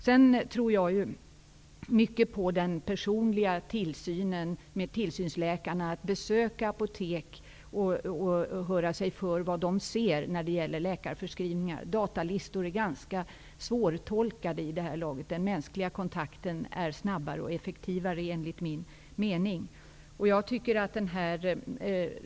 Jag tror mycket på den personliga tillsynen med tillsynsläkare och besök på apotek för att efterhöra vad de uppmärksammar i fråga om förskrivningar. Datalistor är ganska svårtolkade. Den mänskliga kontakten är både snabbare och effektivare.